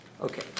Okay